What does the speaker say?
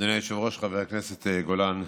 אדוני היושב-ראש, חבר הכנסת גולן,